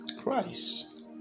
Christ